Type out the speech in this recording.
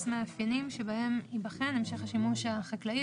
מאפיינים שבהם ייבחן המשך השימוש החקלאי.